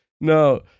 No